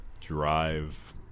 Drive